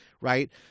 Right